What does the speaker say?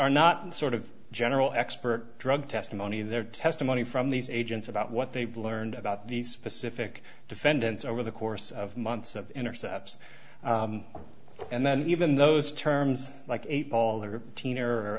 are not sort of general expert drug testimony their testimony from these agents about what they've learned about these specific defendants over the course of months of intercepts and then even those terms like eight ball or teen or